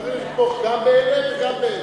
צריך לתמוך גם באלה וגם באלה.